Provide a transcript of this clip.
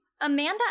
Amanda